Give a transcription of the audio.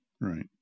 Right